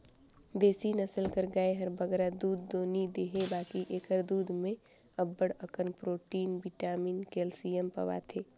देसी नसल कर गाय हर बगरा दूद दो नी देहे बकि एकर दूद में अब्बड़ अकन प्रोटिन, बिटामिन, केल्सियम पवाथे